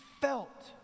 felt